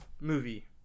movie